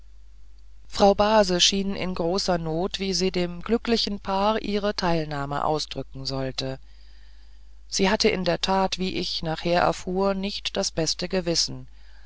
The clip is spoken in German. frau base schien in großer not wie sie dem glücklichen paar ihre teilnahme ausdrücken sollte sie hatte in der tat wie ich nachher erfuhr nicht das beste gewissen